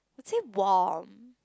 say warm